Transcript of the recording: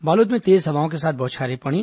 बालोद में तेज हवाओं के साथ बोछारें पड़ी